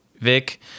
vic